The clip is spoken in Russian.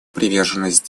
приверженность